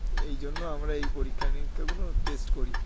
এই জন্য আমরা এই পরীক্ষা নিরীক্ষাগুলো টেস্ট করি